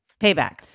payback